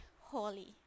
holy